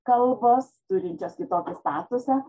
kalbos turinčios kitokį statusą